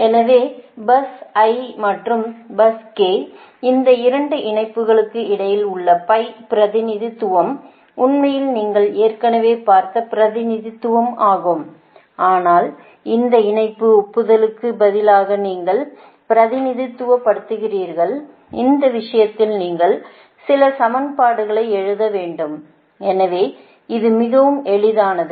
எனவே bus i மற்றும் bus k இந்த 2 இணைப்புகளுக்கு இடையில் உள்ள pi பிரதிநிதித்துவம் உண்மையில் நீங்கள் ஏற்கனவே பார்த்த பிரதிநிதித்துவம் ஆகும் ஆனால் இந்த இணைப்பு ஒப்புதலுக்கு பதிலாக நீங்கள் பிரதிநிதித்துவ படுத்துகிறீர்கள் இந்த விஷயத்தில் நீங்கள் சில சமன்பாடுகளை எழுத வேண்டும் எனவே இது மிகவும் எளிதானது